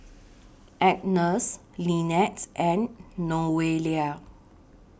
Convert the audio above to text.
Agnes Linettes and Noelia